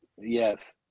Yes